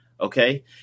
okay